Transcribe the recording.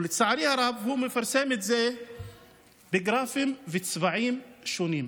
ולצערי הרב הוא מפרסם את זה בגרפים ובצבעים שונים,